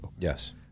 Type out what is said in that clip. Yes